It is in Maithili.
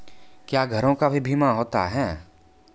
क्या घरों का भी बीमा होता हैं?